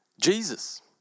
Jesus